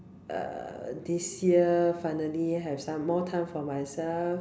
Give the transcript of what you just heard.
err this year finally have some more time for myself